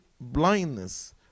blindness